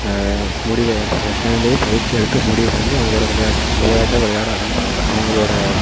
முடிவை சேந்து பயிற்சி எடுத்து முடிவுப்பண்ணி அவங்களோட விளையாட் விளையாட்டை விளையாட ஆரம்பிப்பாங்க அவங்களோட